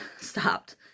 stopped